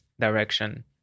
direction